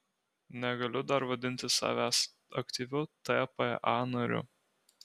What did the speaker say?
negaliu dar vadinti savęs aktyviu tpa nariu